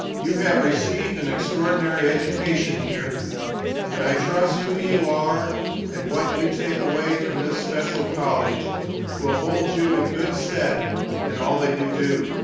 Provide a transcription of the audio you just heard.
you have received an extraordinary education here and i trust who you are and what you take away from this special college will hold you in and good stead in all that you do.